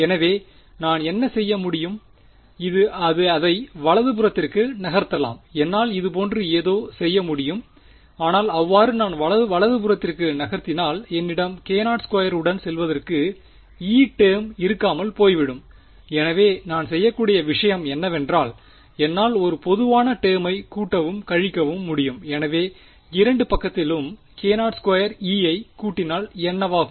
எனவே நான் என்ன செய்ய முடியும் இது அதை வலது புறத்திற்கு நகர்த்தலாம் என்னால் இதுபோன்று ஏதோ செய்ய முடியும் ஆனால் அவ்வாறு நான் வலது புறத்திற்கு நகர்த்தினாள் என்னிடம் k0 2 உடன் செல்வதற்கு E டேர்ம் இருக்காமல் போய்விடும் எனவே நான் செய்யக்கூடிய விஷயம் என்னவென்றால் என்னால் ஒரு பொதுவான டெர்மை கூட்டவும் கழிக்கவும் முடியும் எனவே இரண்டு பக்கத்திலும் k0 2E ஐ கூட்டினால் என்னவாகும்